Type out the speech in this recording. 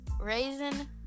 Raisin